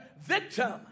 victim